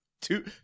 Two